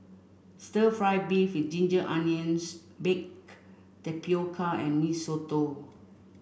stir fry beef with ginger onions baked tapioca and mee soto